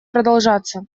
продолжаться